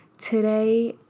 Today